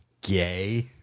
gay